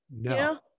No